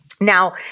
Now